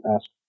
ask